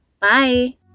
Bye